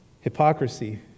Hypocrisy